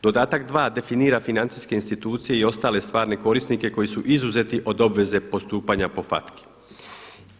Dodatak 2. definira financijske institucije i ostale stvarne korisnike koji su izuzeti od obveze postupaka FACTA-i.